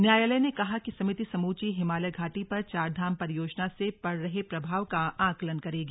न्यायालय ने कहा कि समिति समूची हिमायल घाटी पर चारधाम परियोजना से पड़ रहे प्रभाव का आंकलन करेगी